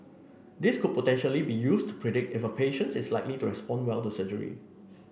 this could potentially be used to predict if a patients is likely to respond well to surgery